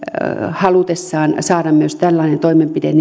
halutessaan saada myös tällainen toimenpide